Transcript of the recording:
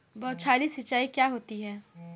बौछारी सिंचाई क्या होती है?